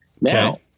Now